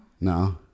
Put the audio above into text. No